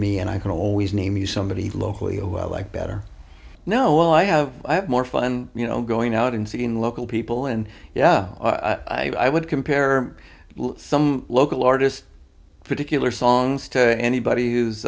me and i can always name you somebody locally who i like better know well i have i have more fun you know going out and seeing local people and yeah i would compare some local artist particular songs to anybody